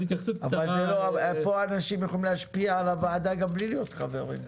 אבל פה אנשים יכולים להשפיע על הוועדה גם בלי להיות חברים.